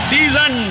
Season